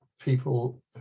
people